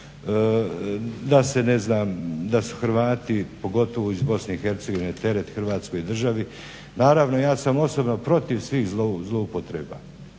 da su Hrvati, pogotovo iz BiH teret Hrvatskoj državi. Naravno, ja sam osobno protiv svih zloupotreba.